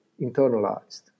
internalized